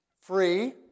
free